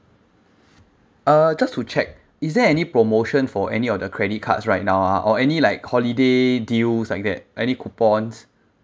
uh just to check is there any promotion for any of the credit cards right now ah or any like holiday deals like that any coupons